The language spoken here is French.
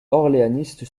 orléaniste